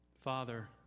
Father